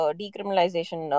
decriminalization